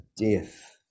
death